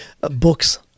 books